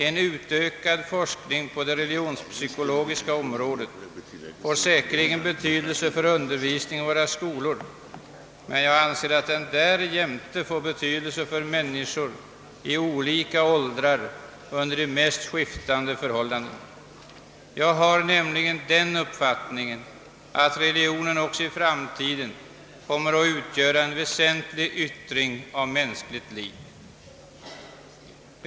En ökning av forskningen på det religionspsykologiska området har säkerligen betydelse för undervisningen i våra skolor, men jag anser att den därjämte har betydelse för människor i olika åldrar vid de mest skiftande förhållanden. Jag har nämligen den uppfattningen, att religionen även 1 framtiden kommer att utgöra en väsentlig yttring av mänskligt liv.